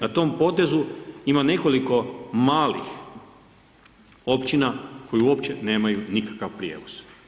Na tom potezu ima nekoliko malih općina koje uopće nemaju nikakav prijevoz.